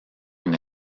une